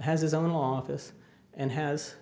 has his own office and has